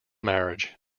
marriage